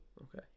Okay